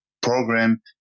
program